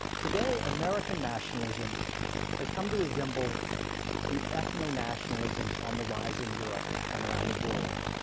today american nationalism has come to resemble the ethnonationalisms on the rise in europe and around the world.